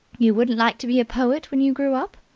you wouldn't like to be a poet when you grow up?